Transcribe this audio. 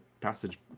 passage